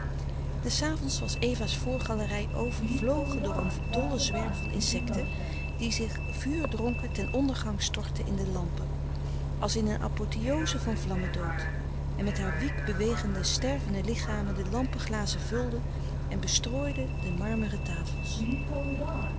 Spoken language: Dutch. des avonds was eva's voorgalerij overvlogen door een dollen zwerm van insecten die zich vuurdronken ten ondergang stortten in de lampen als in een apotheoze van vlammendood en met haar wiekbewegende stervende lichamen de lampenglazen vulden en bestrooiden de marmeren tafels